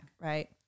Right